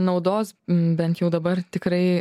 naudos bent jau dabar tikrai